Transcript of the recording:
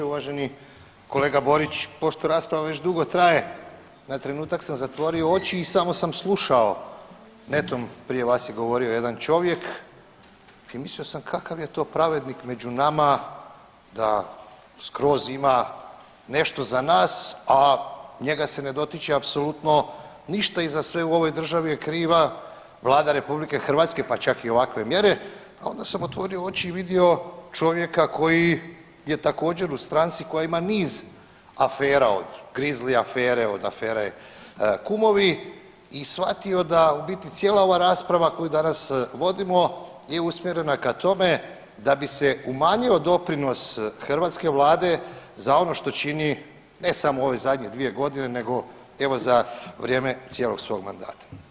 Uvaženi kolega Borić, pošto rasprava već dugo traje na trenutak sam zatvorio oči i samo sam slušao, netom prije vas je govorio jedan čovjek i mislio sam kakav je to pravednik među nama da skroz ima nešto za nas, a njega se ne dotiče apsolutno ništa i za sve u ovoj državi je kriva Vlada RH, pa čak i ovakve mjere, a onda sam otvorio oči i vidio čovjeka koji je također u stranci koja ima niz afera od grizli afere, od afere kumovi i shvatio da u biti cijela ova rasprava koju danas vodimo je usmjerena ka tome da bi se umanjio doprinos hrvatske vlade za ono što čini ne samo u ove zadnje 2.g. nego evo za vrijeme cijelog svog mandata.